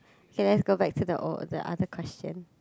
okay let's go back to the other question